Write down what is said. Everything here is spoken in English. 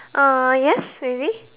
uh yes really